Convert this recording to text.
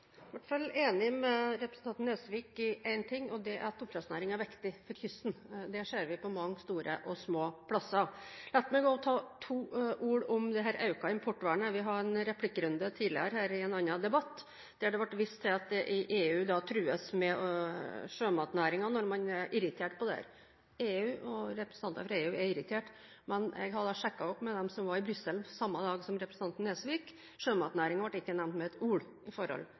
hvert fall enig med representanten Nesvik i én ting, og det er at oppdrettsnæringen er viktig for kysten. Det ser vi på mange store og små plasser. La meg også ta to ord om dette økte importvernet. Vi hadde en replikkrunde tidligere her i en annen debatt der det ble vist til at EU truer sjømatnæringen når man er irritert på den. EU og representanter for EU er irritert, men jeg har sjekket med dem som var i Brussel samme dag som representanten Nesvik. Sjømatnæringen ble ikke nevnt med et ord når det gjaldt den saken. Når det gjelder grønne konsesjoner, er vel i